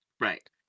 Right